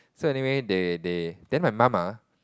so anyway they they then my mum ah